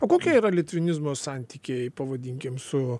o kokie yra litvinizmo santykiai pavadinkim su